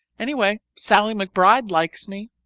anyway, sallie mcbride likes me!